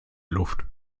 luft